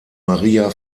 maria